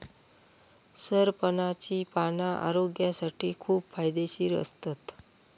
सरपणाची पाना आरोग्यासाठी खूप फायदेशीर असतत